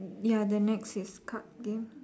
ya the next is card game